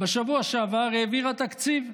ובשבוע שעבר העבירה תקציב,